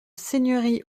seigneuries